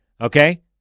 Okay